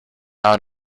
out